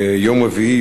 יום רביעי,